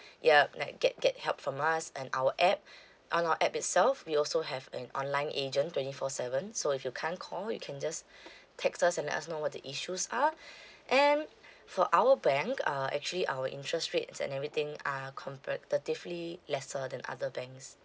yup like get get help from us and our app on our app itself we also have an online agent twenty four seven so if you can't call you can just text us and let us know what the issues are and for our bank uh actually our interest rates and everything are competitively lesser than other banks